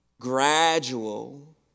gradual